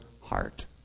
heart